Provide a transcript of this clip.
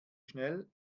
schnell